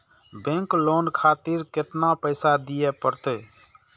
Bank loan खातीर केतना पैसा दीये परतें?